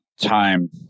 time